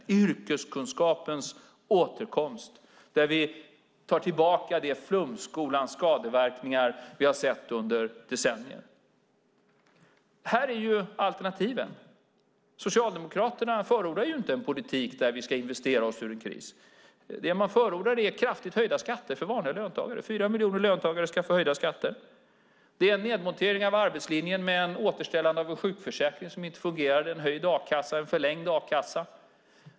Vi har yrkeskunskapens återkomst där vi tar tillbaka de flumskolans skadeverkningar som vi har sett under decennier. Här är alternativen. Socialdemokraterna förordar inte en politik där vi ska investera oss ur en kris. Det man förordar är kraftigt höjda skatter för vanliga löntagare. 4 miljoner löntagare ska få höjda skatter. Det är en nedmontering av arbetslinjen med ett återställande av en sjukförsäkring som inte fungerade och en höjd och förlängd a-kassa.